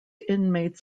inmates